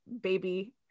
baby